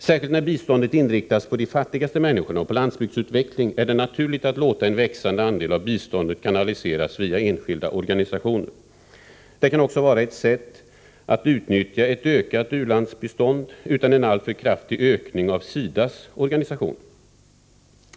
Särskilt när biståndet inriktas på de fattigaste människorna och på landsbygdsutveckling är det naturligt att låta en växande andel av biståndet kanaliseras via enskilda organisationer. Det kan också vara ett sätt att utnyttja ett ökat u-landsbistånd utan en alltför kraftig ökning av SIDA:s organisation.